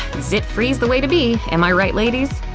zit-free's the way to be, am i right, ladies?